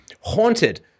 haunted